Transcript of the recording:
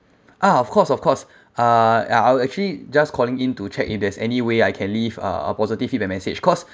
ah of course of course uh I was actually just calling in to check if there's any way I can leave a positive feedback message cause